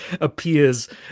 appears